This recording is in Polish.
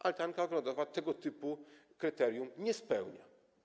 Altanka ogrodowa tego typu kryterium nie spełnia.